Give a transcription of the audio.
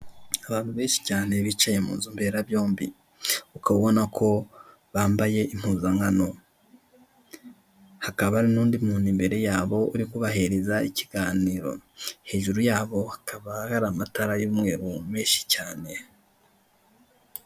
Abantu benshi cyane bicaye mu nzu mberabyombi, ukaba ubona ko bambaye impuzankano. Hakaba n'undi muntu imbere yabo uri kubahereza ikiganiro, hejuru yabo hakaba hari amatara y'umweru menshi cyane.